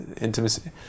intimacy